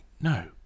no